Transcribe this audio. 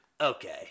okay